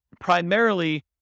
primarily